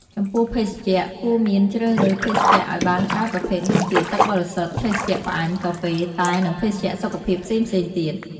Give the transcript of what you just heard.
ចំពោះភេសជ្ជៈគួរមានជ្រើសរើសភេសជ្ជៈអោយបានច្រើនប្រភេទដូចជា ទឹកបរិសុទ្ធ ភេសជ្ជៈផ្អែម កាហ្វេ តែ និងភេសជ្ជៈសុខភាពផ្សេងៗទៀត។